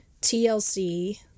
TLC